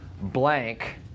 blank